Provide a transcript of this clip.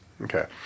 Okay